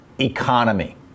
economy